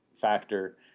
factor